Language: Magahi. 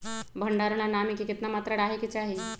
भंडारण ला नामी के केतना मात्रा राहेके चाही?